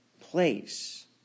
place